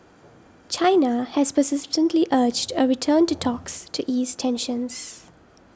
China has persistently urged a return to talks to ease tensions